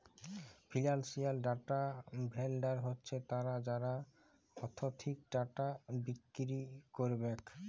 financial data vendor হছে তারা যারা আথ্থিক ডাটা বিক্কিরি ক্যারবেক